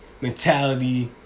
mentality